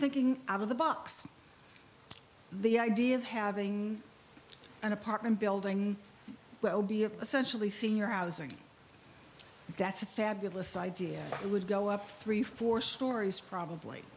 thinking out of the box the idea of having an apartment building essential the senior housing that's a fabulous idea it would go up three four stories probably